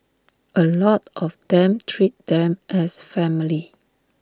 A lot of them treat them as family